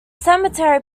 seminary